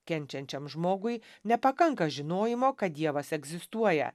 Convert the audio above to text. kenčiančiam žmogui nepakanka žinojimo kad dievas egzistuoja